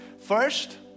first